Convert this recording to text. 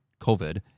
COVID